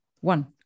one